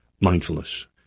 mindfulness